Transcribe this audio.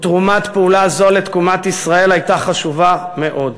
ותרומת פעולה זו לתקומת ישראל הייתה חשובה מאוד.